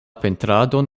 pentradon